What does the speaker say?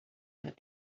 that